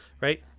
Right